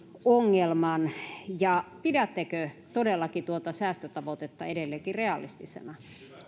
ongelman ja pidättekö todellakin tuota säästötavoitetta edelleenkin realistisena